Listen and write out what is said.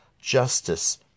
justice